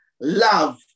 Love